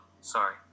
sorry